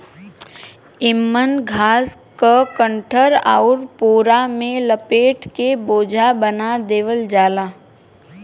एमन घास के गट्ठर आउर पोरा में लपेट के बोझा बना देवल जाला